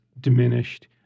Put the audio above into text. diminished